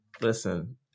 Listen